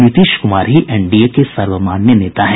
नीतीश कुमार ही एनडीए के सर्वमान्य नेता हैं